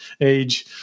age